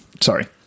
Sorry